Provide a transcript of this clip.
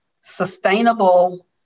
sustainable